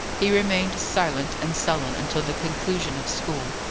he remained silent and sullen until the conclusion of school,